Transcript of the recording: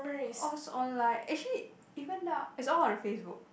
all is online actually even now it's all on the Facebook